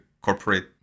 corporate